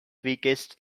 weakest